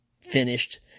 finished